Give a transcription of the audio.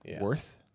worth